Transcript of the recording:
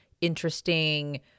interesting